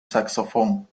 saxofón